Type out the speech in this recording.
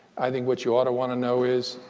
i think what you ought to want to know is,